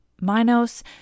Minos